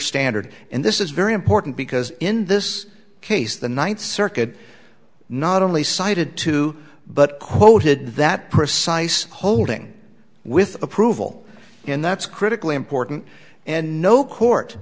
standard and this is very important because in this case the ninth circuit not only cited too but quoted that precise holding with approval and that's critically important and no court